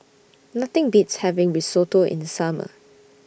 Nothing Beats having Risotto in The Summer